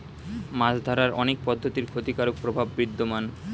মাছ ধরার অনেক পদ্ধতির ক্ষতিকারক প্রভাব বিদ্যমান